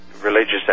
religious